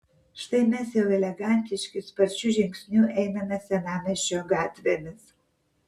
štai mes jau elegantiški sparčiu žingsniu einame senamiesčio gatvėmis